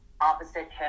opposite